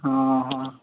ହଁ ହଁ